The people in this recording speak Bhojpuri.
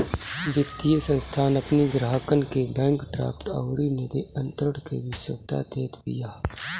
वित्तीय संस्थान अपनी ग्राहकन के बैंक ड्राफ्ट अउरी निधि अंतरण के भी सुविधा देत बिया